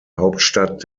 hauptstadt